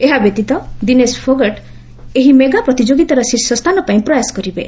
ଏହାବ୍ୟତୀତ ଦୀନେଶ୍ ଫୋଗଟ୍ ଏହି ମେଗା ପ୍ରତିଯୋଗିତାରେ ଶୀର୍ଷ ସ୍ଥାନ ପାଇଁ ପ୍ରୟାସ କରିବେ